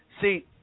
See